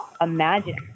imagine